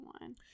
one